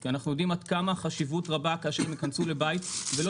כי אנחנו יודעים עד כמה החשיבות רבה כאשר הם יכנסו לבית ולא